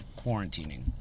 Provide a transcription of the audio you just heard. quarantining